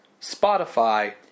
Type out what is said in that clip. Spotify